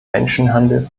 menschenhandel